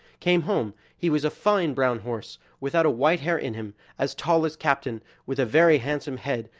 came home he was a fine brown horse, without a white hair in him, as tall as captain, with a very handsome head,